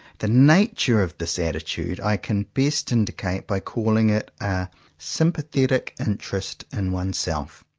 the nature of this attitude i can best indicate, by calling it a sympathetic interest in oneself.